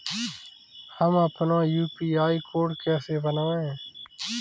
हम अपना UPI code कैसे बनाएँ?